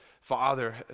Father